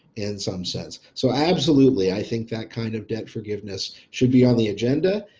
in some sense, so absolutely i think that kind of debt forgiveness should be on the agenda.